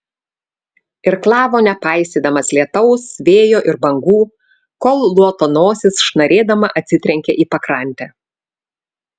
irklavo nepaisydamas lietaus vėjo ir bangų kol luoto nosis šnarėdama atsitrenkė į pakrantę